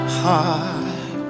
heart